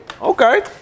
Okay